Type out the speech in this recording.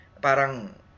Parang